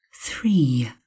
three